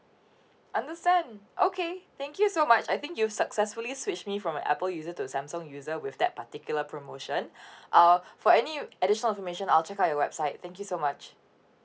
understand okay thank you so much I think you successfully switch me from an Apple user to Samsung user with that particular promotion uh for any additional information I'll check out your website thank you so much